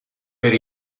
per